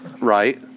Right